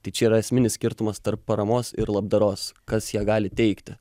tai čia yra esminis skirtumas tarp paramos ir labdaros kas ją gali teikti